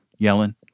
Yellen